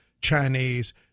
chinese